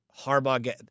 Harbaugh